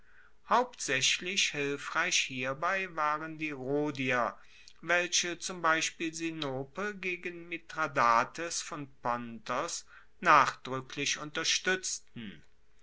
hauptsaechlich hilfreich hierbei waren die rhodier welche zum beispiel sinope gegen mithradates von pontos nachdruecklich unterstuetzten